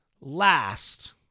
last